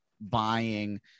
buying